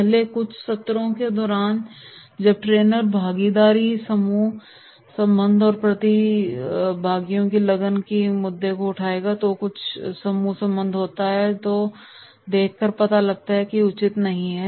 पहले कुछ सत्रों के दौरान जब ट्रेनर भागीदारी समूह संबंध और प्रतिभागियों की लगन के मुद्दे को उठाता है जो कुछ भी समूह संबंध होता है जो देखकर पता लगता है कि वे उचित नहीं हैं